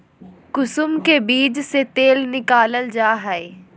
कुसुम के बीज से तेल निकालल जा हइ